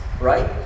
right